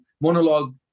monologue